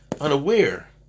unaware